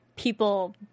People